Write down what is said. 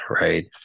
right